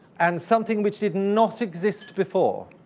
and something which did not exist before